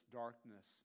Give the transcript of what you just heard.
darkness